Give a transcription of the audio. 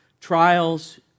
trials